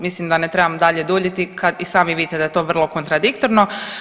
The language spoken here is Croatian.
Mislim da ne trebam dalje duljiti kad i sami vidite da je to vrlo kontradiktorno.